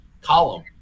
column